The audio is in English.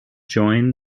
joined